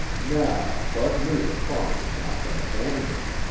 now, bud knew the fawn had not been abandoned.